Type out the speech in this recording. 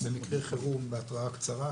במקרה חירום בהתראה קצרה.